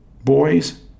boys